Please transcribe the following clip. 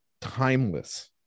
timeless